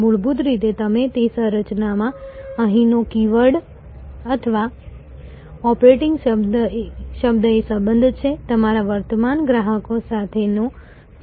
મૂળભૂત રીતે ગમે તે સંરચનામાં અહીંનો કીવર્ડ અથવા ઓપરેટિવ શબ્દ એ સંબંધ છે તમારા વર્તમાન ગ્રાહકો સાથેનો સંબંધ છે